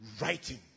writing